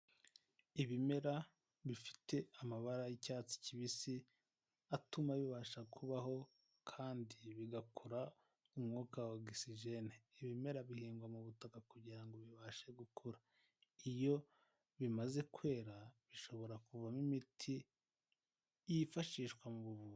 Ibimera bifite amabara y'icyatsi kibisi atuma bibasha kubaho kandi bigakora umwuka wa ogisijene, ibimera bihingwa mu butaka kugira ngo bibashe gukura, iyo bimaze kwera bishobora kuvamo imiti yifashishwa mu buvuzi.